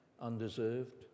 undeserved